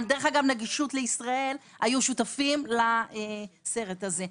דרך אגב, נגישות לישראל היו שותפים לסרט הזה.